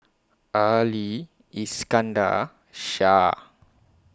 Ali Iskandar Shah